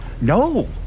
No